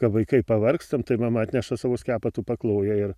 ka vaikai pavargstam tai mama atneša savų skepetų pakloja ir